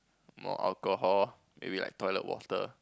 more alcohol maybe like toilet water